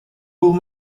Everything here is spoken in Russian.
был